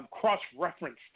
cross-referenced